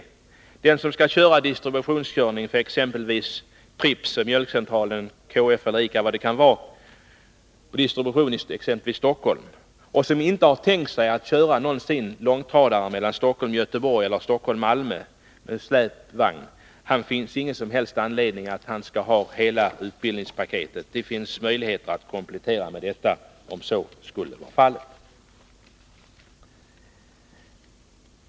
För den som skall ägna sig åt distributionskörning för exempelvis Pripps eller Mjölkcentralen, KF, ICA eller vad det kan vara, exempelvis i Stockholm, och som inte tänker sig att någonsin köra långtradare mellan Stockholm och Göteborg eller mellan Stockholm och Malmö med släpvagn, finns det ingen som helst anledning att få hela utbildningspaketet. Det finns möjlighet att göra en komplettering, om detta skulle behövas.